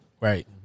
Right